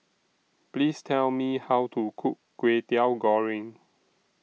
Please Tell Me How to Cook Kway Teow Goreng